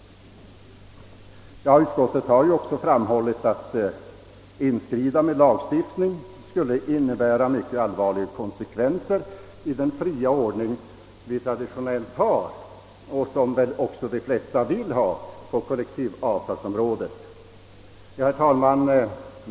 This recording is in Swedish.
Utskottet har också framhållit att ett inskridande med lagstiftning skulle innebära mycket allvarliga konsekvenser för den fria ordning vi traditionellt har och som väl också de flesta vill ha på kollektivavtalsområdet. Herr talman!